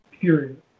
period